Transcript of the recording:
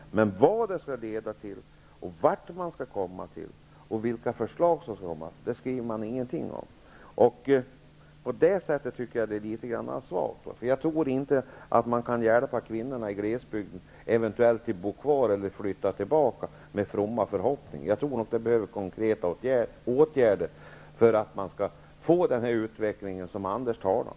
Men vad det skall leda till och vilka förslag som skall läggas fram skriver man ingenting om. Det är litet svagt. Jag tror inte att man kan hjälpa kvinnorna i glesbygden att bo kvar eller att flytta tillbaka med hjälp av fromma förhoppningar. Det krävs konkreta åtgärder för att få till stånd den utveckling som Anders G Högmark talar om.